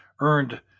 earned